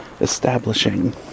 establishing